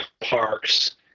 parks